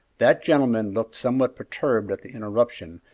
that gentleman looked somewhat perturbed at the interruption,